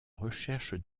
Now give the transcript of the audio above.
recherche